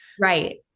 right